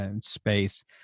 space